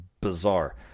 bizarre